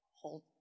hold